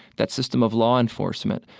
that system of law enforcement,